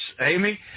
Amy